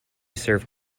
served